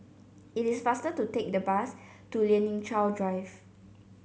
it is faster to take the bus to Lien Ying Chow Drive